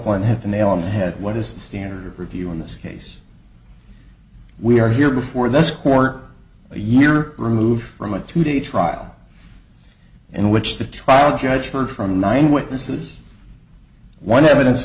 copeland had the nail on the head what is the standard of review in this case we are here before this court a year removed from a two day trial in which the trial judge heard from nine witnesses one evidence